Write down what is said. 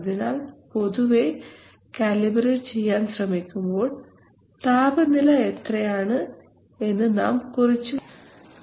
അതിനാൽ പൊതുവേ കാലിബറേറ്റ് ചെയ്യാൻ ശ്രമിക്കുമ്പോൾ താപനില എത്രയാണ് എന്ന് നാം കുറിച്ചു വയ്ക്കേണ്ടതാണ്